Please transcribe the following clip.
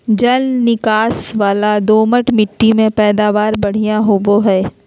जल निकास वला दोमट मिट्टी में पैदावार बढ़िया होवई हई